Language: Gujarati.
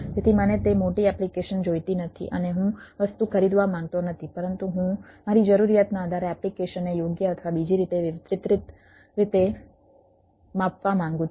તેથી મને તે મોટી એપ્લિકેશન જોઈતી નથી અને હું વસ્તુ ખરીદવા માંગતો નથી પરંતુ હું મારી જરૂરિયાતના આધારે એપ્લિકેશનને યોગ્ય અથવા બીજી રીતે વિપરીત રીતે માપવા માંગુ છું